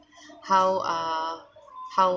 how uh how